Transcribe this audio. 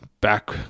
back